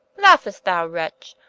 laughest thou wretch?